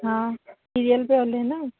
हा सीरिअल पियो हले न